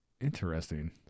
Interesting